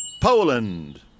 Poland